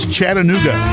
Chattanooga